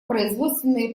производственные